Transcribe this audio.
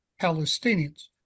Palestinians